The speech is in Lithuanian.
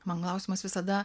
man klausimas visada